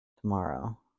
tomorrow